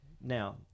Now